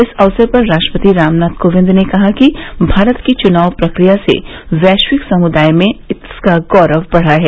इस अवसर पर राष्ट्रपति रामनाथ कोविंद ने कहा कि भारत की चुनाव प्रक्रिया से वैश्विक समुदाय में इसका गौरव बढ़ा है